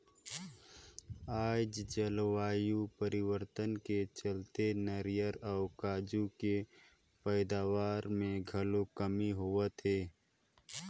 आज जलवायु परिवर्तन के चलते नारियर अउ काजू के पइदावार मे घलो कमी होवत हे